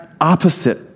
opposite